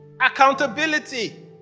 Accountability